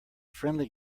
friendly